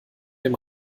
dem